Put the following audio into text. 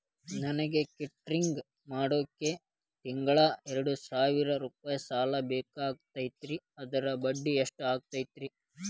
ನನಗ ಕೇಟರಿಂಗ್ ಮಾಡಾಕ್ ತಿಂಗಳಾ ಎರಡು ಸಾವಿರ ರೂಪಾಯಿ ಸಾಲ ಬೇಕಾಗೈತರಿ ಅದರ ಬಡ್ಡಿ ಎಷ್ಟ ಆಗತೈತ್ರಿ?